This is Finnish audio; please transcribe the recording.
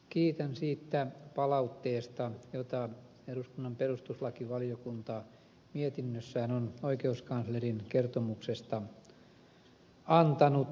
kiitän siitä palautteesta jota eduskunnan perustuslakivaliokunta mietinnössään on oikeuskanslerin kertomuksesta antanut